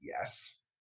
Yes